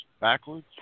Backwards